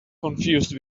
confused